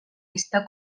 está